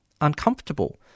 uncomfortable